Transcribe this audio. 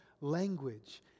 language